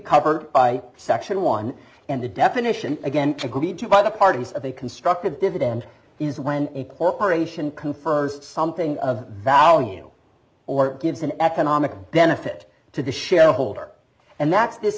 covered by section one and the definition again agreed to by the parties of a constructive dividend is when a corporation confers something of value or gives an economic benefit to the shareholder and that's this